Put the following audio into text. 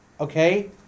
okay